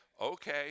okay